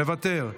מוותר,